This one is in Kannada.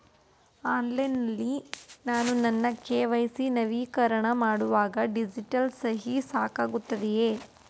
ಆನ್ಲೈನ್ ನಲ್ಲಿ ನಾನು ನನ್ನ ಕೆ.ವೈ.ಸಿ ನವೀಕರಣ ಮಾಡುವಾಗ ಡಿಜಿಟಲ್ ಸಹಿ ಸಾಕಾಗುತ್ತದೆಯೇ?